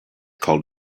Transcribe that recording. called